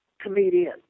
comedian